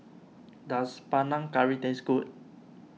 does Panang Curry taste good